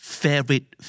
favorite